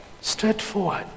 straightforward